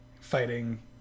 fighting